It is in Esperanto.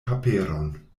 paperon